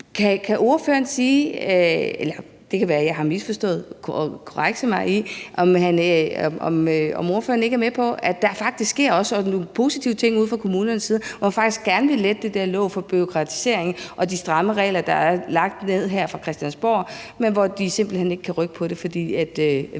Kan ordføreren sige, og det kan være, jeg har misforstået det, og så må han korrekse mig, om ordføreren ikke er med på, at der faktisk også sker sådan nogle positive ting ude fra kommunernes side, hvor man faktisk gerne vil lette det åg af bureaukratisering og stramme regler, der er lagt ned over dem her fra Christiansborg, men hvor de simpelt hen ikke kan rykke på det, fordi vi